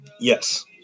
Yes